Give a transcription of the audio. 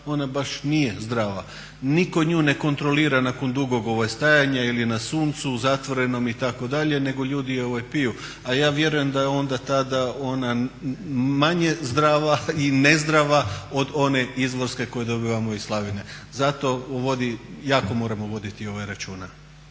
ona baš nije zdrava. Nitko nju ne kontrolira nakon dugog stajanja ili na suncu, u zatvorenom itd. nego ljudi je piju. A ja vjerujem da je onda tada ona manje zdrava i nezdrava od one izvorske koju dobivamo iz slavine. Zato o vodi jako moramo voditi računa.